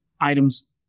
items